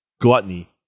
gluttony